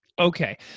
Okay